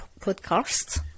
podcast